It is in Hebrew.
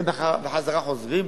הם חוזרים,